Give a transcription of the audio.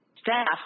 staff